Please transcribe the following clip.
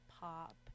pop